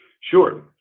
sure